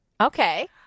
Okay